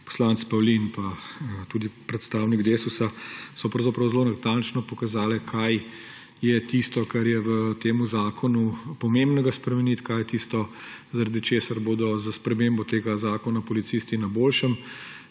poslanec Pavlin, pa tudi predstavnik Desusa, so pravzaprav zelo natančno pokazale, kaj je tisto, kar je v tem zakonu pomembnega spremeniti, kaj je tisto, zaradi česar bodo s spremembo tega zakona policisti na boljšem,